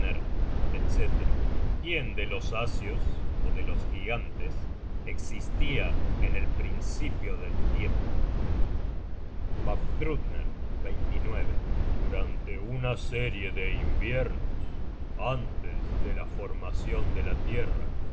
vafthrudner etc quién de los asios ó de los gigantes existia en el principio del tiempo vafthrudner durante una serie de inviernos antes de la formacion de la tierra